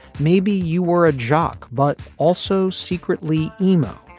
maybe you were a jock but also secretly imo.